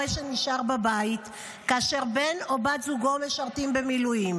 שנשאר בבית כאשר בן או בת זוגו משרתים במילואים.